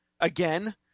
again